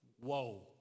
Whoa